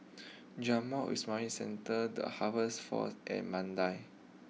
Jamiyah Islamic Centre the Harvest Force and Mandai